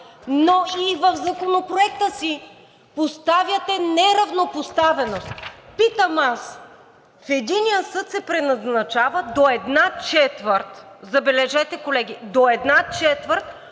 но и в Законопроекта си поставяте неравнопоставеност. Питам аз: в единия съд се преназначават до една четвърт – забележете, колеги – до една четвърт